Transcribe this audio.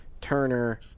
Turner